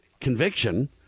conviction